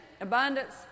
abundance